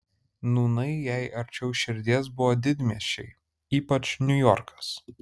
nūnai jai arčiau širdies buvo didmiesčiai ypač niujorkas